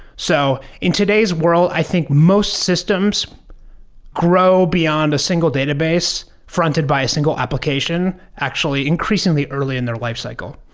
so in today's world, i think most systems grow beyond a single database fronted by a single application, actually increasingly early in their lifecycle.